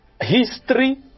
history